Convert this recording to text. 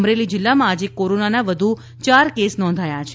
અમરેલી જિલ્લામાં આજે કોરોનાનાં વધુ ચાર કેસ નોંઘાયા છે